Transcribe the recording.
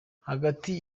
hagati